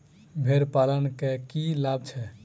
भेड़ पालन केँ की लाभ छै?